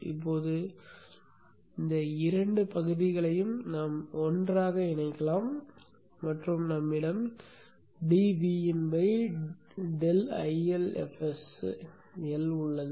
இப்போது இந்த இரண்டு பகுதிகளையும் நாம் ஒன்றாக இணைக்கலாம் மற்றும் நம்மிடம் dVin ∆ILfs L உள்ளது